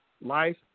life